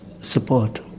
Support